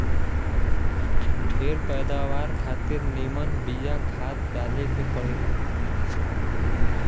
ढेर पैदावार खातिर निमन बिया खाद डाले के पड़ेला